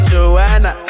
Joanna